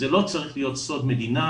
זה לא צריך להיות סוד מדינה.